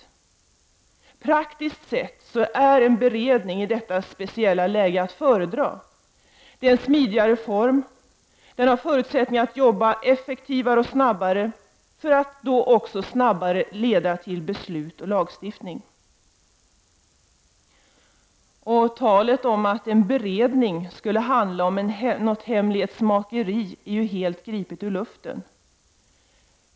Praktiskt sett är en beredning i detta speciella läge att föredra. Det är en smidigare form, och den har förutsättningar att jobba snabbare och effektivare och att snabbare leda till beslut och lagstiftning. Talet om att en beredning skulle handla om något hemlighetsmakeri är helt gripet ur luften.